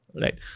right